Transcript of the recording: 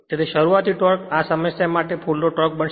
તેથી શરૂઆતી ટોર્ક ખરેખર આ સમસ્યા માટે ફુલ લોડ ટોર્ક બનશે